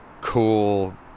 cool